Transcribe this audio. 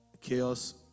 chaos